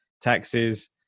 taxes